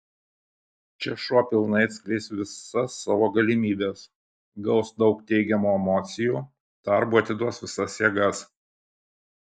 čia šuo pilnai atskleis visa savo galimybes gaus daug teigiamų emocijų darbui atiduos visas jėgas